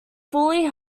fully